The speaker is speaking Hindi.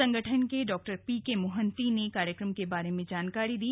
संगठन के डॉ पीके मोहंती ने कार्यक्रम के बारे में जानकारी दी